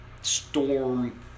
Storm